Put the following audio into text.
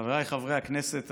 חבריי חברי הכנסת,